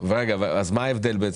אז מה ההבדל בעצם?